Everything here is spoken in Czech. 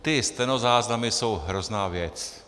Ty stenozáznamy jsou hrozná věc.